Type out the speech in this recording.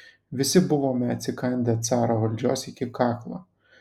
visi buvome atsikandę caro valdžios iki kaklo